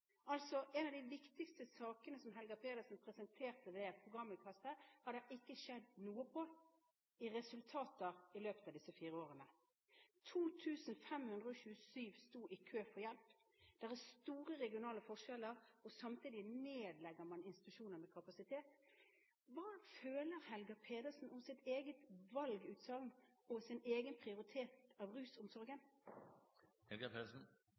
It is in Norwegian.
altså ikke skjedd noe med i form av resultater i løpet av disse fire årene. 2 527 står i kø for å få hjelp, det er store regionale forskjeller, og samtidig nedlegger man institusjoner med kapasitet. Hva føler Helga Pedersen med hensyn til sitt eget valgutsagn og sin egen prioritering av